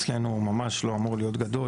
אצלנו ממש לא אמור להיות גדול.